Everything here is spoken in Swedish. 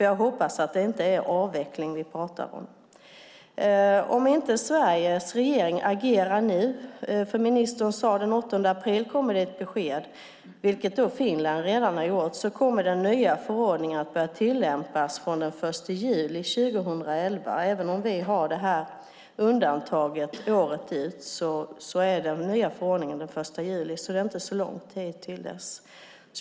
Jag hoppas att det inte är avveckling vi pratar om. Om inte Sveriges regering agerar nu - ministern sade att det kommer ett besked den 8 april, och från Finland har det redan kommit - kommer den nya förordningen att börja tillämpas den 1 juli 2011. Även om vi har undantaget året ut gäller den nya förordningen från den 1 juli, och det är inte så lång tid till dess.